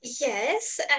Yes